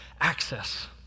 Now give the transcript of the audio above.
access